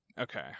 Okay